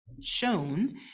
shown